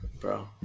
bro